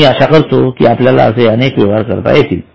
मी आशा करतो कि आपल्याला असे अनेक व्यवहार करता येतील